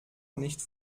nicht